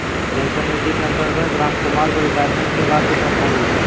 pension निधि के अंतर्गत रामकुमार को रिटायरमेंट के बाद भी तनख्वाह मिलती